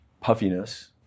puffiness